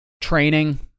training